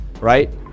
right